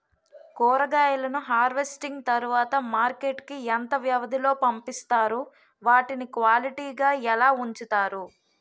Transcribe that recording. కూరగాయలను హార్వెస్టింగ్ తర్వాత మార్కెట్ కి ఇంత వ్యవది లొ పంపిస్తారు? వాటిని క్వాలిటీ గా ఎలా వుంచుతారు?